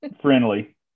friendly